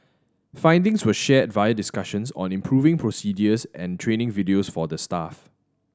findings were shared via discussions on improving procedures and training videos for the staff